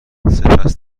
سپس